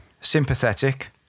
Sympathetic